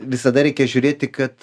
visada reikia žiūrėti kad